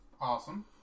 Awesome